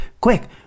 quick